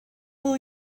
will